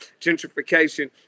Gentrification